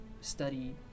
study